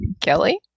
Kelly